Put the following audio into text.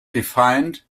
defined